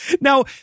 now